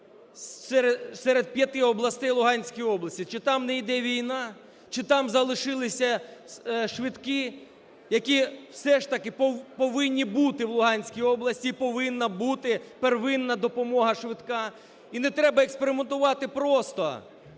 серед п'яти областей Луганської області? Чи там не йде війна, чи там залишилися швидкі, які все ж таки повинні бути у Луганській області і повинна бути первинна допомога швидка? І не треба експериментувати, просто